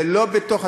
זה לא בתוך,